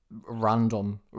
random